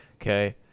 Okay